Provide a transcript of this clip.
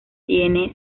tiene